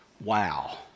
Wow